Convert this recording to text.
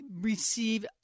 receive